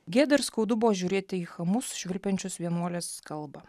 gėda ir skaudu buvo žiūrėti į chamus švilpiančius vienuolės kalbą